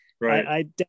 right